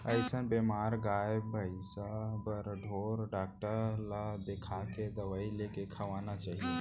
अइसन बेमार गाय भइंसी बर ढोर डॉक्टर ल देखाके दवई लेके खवाना चाही